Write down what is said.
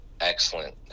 excellent